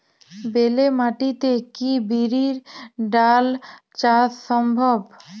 বেলে মাটিতে কি বিরির ডাল চাষ সম্ভব?